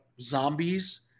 zombies